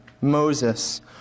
Moses